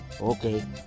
Okay